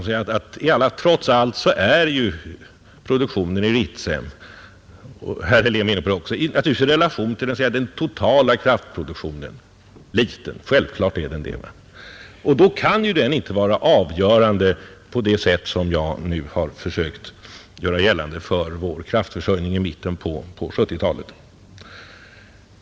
Det har sagts att produktionen i Ritsem trots allt är liten, i relation till den totala kraftproduktionen. Herr Helén var inne på samma sak. Och så drar man slutsatsen att den inte kan vara avgörande för vår kraftförsörjning i mitten på 1970-talet.